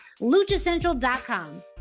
LuchaCentral.com